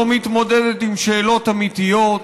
לא מתמודדת עם שאלות אמיתיות,